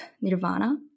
nirvana